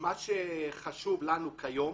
מה שחשוב לנו כיום